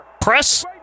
Press